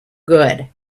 good